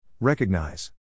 Recognize